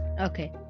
Okay